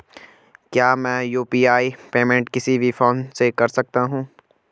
क्या मैं UPI payment किसी भी फोन से कर सकता हूँ?